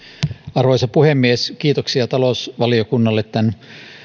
arvoisa puhemies kiitoksia talousvaliokunnalle tämän